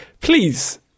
please